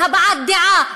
על הבעת דעה,